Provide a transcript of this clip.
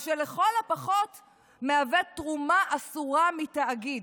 מה שלכל הפחות מהווה תרומה אסורה מתאגיד.